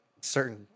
certain